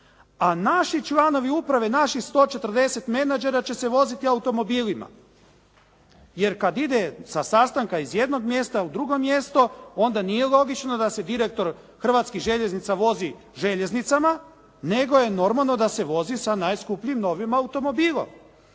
a naši članovi uprave, naši 140 menadžera će se voziti automobilima. Jer kada ide sa sastanka iz jednog mjesta u drugo mjesto, onda nije logično da se direktor Hrvatskih željeznica vozi željeznicama, nego je normalno da se vozi sa novim najskupljim automobilom.